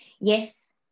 Yes